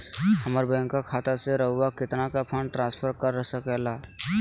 हमरा बैंक खाता से रहुआ कितना का फंड ट्रांसफर कर सके ला?